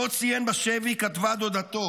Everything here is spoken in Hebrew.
שאותו ציין בשבי, כתבה דודתו: